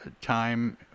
time